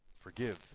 Forgive